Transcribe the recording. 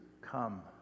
come